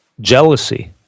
jealousy